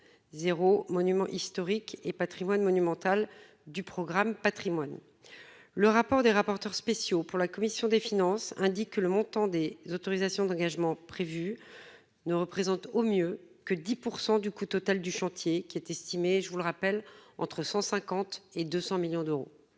0 monuments historiques et Patrimoine monumental du programme patrimoines le rapport des rapporteurs spéciaux pour la commission des finances, indique que le montant des autorisations d'engagement prévus ne représente au mieux que 10 % du coût total du chantier qui est estimé, je vous le rappelle, entre 150 et 200 millions d'euros.